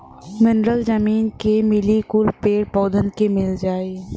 mineral जमीन के मिली कुल पेड़ पउधन के मिल जाई